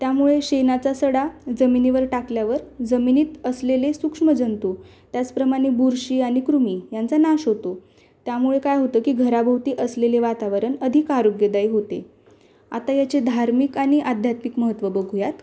त्यामुळे शेणाचा सडा जमिनीवर टाकल्यावर जमिनीत असलेले सूक्ष्म जंतू त्याचप्रमाणे बुरशी आणि कृमी यांचा नाश होतो त्यामुळे काय होतं की घराभोवती असलेले वातावरण अधिक आरोग्यदायी होते आता याचे धार्मिक आणि आध्यात्मिक महत्त्व बघूयात